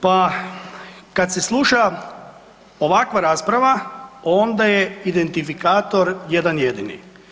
Pa kad se sluša ovakva rasprava, onda je identifikator jedan jedini.